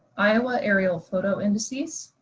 iowa aerial photo indices,